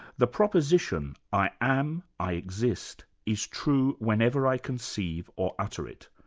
the proposition, i am, i exist, is true whenever i conceive or utter it.